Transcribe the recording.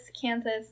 Kansas